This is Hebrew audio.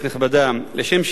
לשם שינוי,